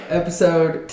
episode